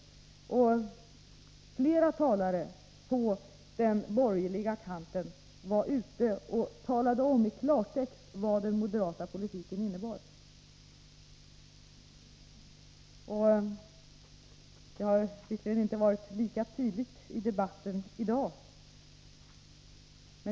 Flera talare på den borgerliga kanten talade om i klartext vad den moderata politiken innebar. Det har visserligen inte framgått lika tydligt i debatten i dag.